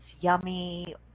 yummy